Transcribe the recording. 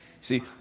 See